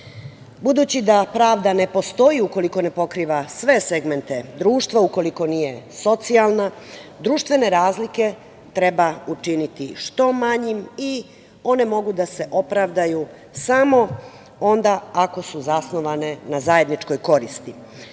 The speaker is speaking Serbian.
pravde. Budući da pravda ne postoji ukoliko ne pokriva sve segmente društva, ukoliko nije socijalna, društvene razlike treba učiniti što manjim i one mogu da se opravdaju samo onda ako su zasnovane na zajedničkoj